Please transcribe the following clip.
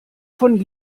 von